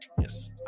yes